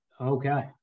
Okay